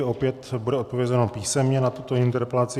Opět bude odpovězeno písemně na tuto interpelaci.